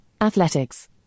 athletics